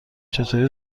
چطوری